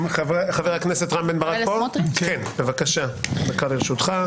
חבר הכנסת רם בן ברק, דקה לרשותך.